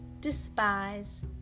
despise